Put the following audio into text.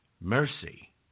Mercy